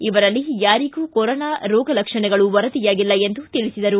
ಇವರಲ್ಲಿ ಯಾರಿಗೂ ಕೊರೋನಾ ರೋಗಲಕ್ಷಣಗಳು ವರದಿಯಾಗಿಲ್ಲ ಎಂದು ತಿಳಿಸಿದರು